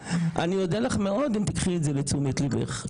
אודה לך מאוד אם תיקחי את זה לתשומת לבך.